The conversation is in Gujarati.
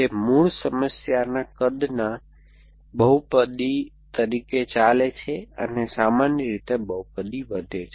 તે મૂળ સમસ્યાના કદના બહુપદી તરીકે ચાલે છે અને સામાન્ય રીતે બહુપદી વધે છે